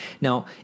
Now